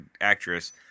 actress